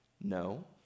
no